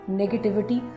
negativity